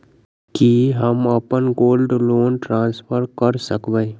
की हम अप्पन gold loan transfer करऽ सकबै?